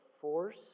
force